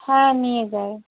হ্যাঁ নিয়ে যায়